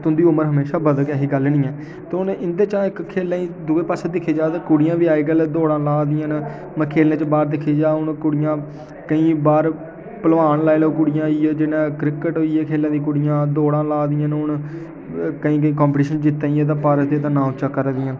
तुं'दी उमर हमेशा बधग ऐ एह् गल्ल नेईं ऐ ते हून इ'न्दे चा गै इक खेल्लें ई दूऐ पासै दिक्खेआ जा ते कुड़ियां बी अज्जकल दौड़ां ला दियां न ते मतलब खेल्लें च बाहर दिक्खेआ जा ते हून कुडियां केईं बार पहलवान लाई लैओ कुड़ियां जि'यां क्रिकेट होइया खे'ल्ला दियां कुड़ियां दौड़ां ला दियां हून केईं केईं कम्पीटिशन जित्ता दियां ते भारत देश दा नांऽ उच्चा करा दियां